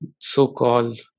so-called